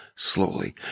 slowly